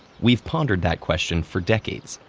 we've pondered that question for decades,